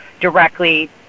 directly